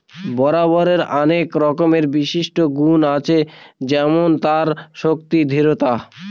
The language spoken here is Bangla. রবারের আনেক রকমের বিশিষ্ট গুন আছে যেমন তার শক্তি, দৃঢ়তা